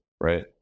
right